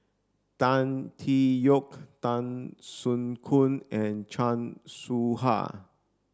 Tan Tee Yoke Tan Soo Khoon and Chan Soh Ha